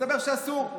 מסתבר שאסור.